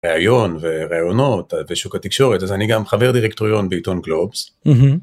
רעיון ורעיונות ושוק התקשורת, אז אני גם חבר דירקטוריון בעיתון גלובס.